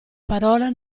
parola